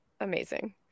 amazing